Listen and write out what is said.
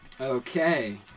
Okay